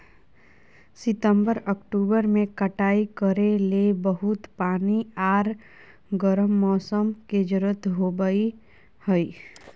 सितंबर, अक्टूबर में कटाई करे ले बहुत पानी आर गर्म मौसम के जरुरत होबय हइ